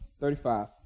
Thirty-five